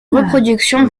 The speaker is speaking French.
reproduction